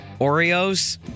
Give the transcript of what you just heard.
Oreos